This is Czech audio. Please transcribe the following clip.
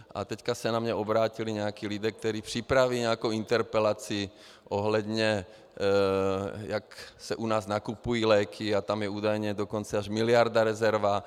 A teď se na mě obrátili nějací lidé, kteří připravují nějakou interpelaci ohledně toho, jak se u nás nakupují léky, a tam je údajně dokonce až miliarda rezerva.